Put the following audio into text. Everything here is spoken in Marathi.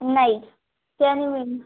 नाही ते आम्ही वेम्